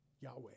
Yahweh